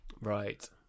Right